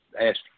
asked